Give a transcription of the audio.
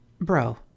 Bro